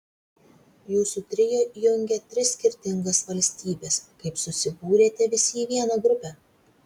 jūsų trio jungia tris skirtingas valstybes kaip susibūrėte visi į vieną grupę